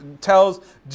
tells